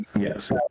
yes